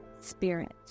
Spirit